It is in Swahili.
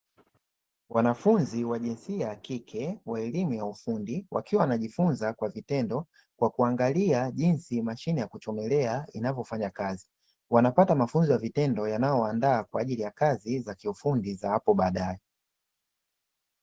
Wanafunzi wa jinsia ya kike wa elimu ya ufundi, wakiwa wanajifunza kwa vitendo kwa kuangalia jinsi mashine ya kuchomelea inavyofanya kazi. Wanapata mafunzo ya vitendo, yanayowaandaa kwa ajili ya kazi za kiufundi za hapo baadaye.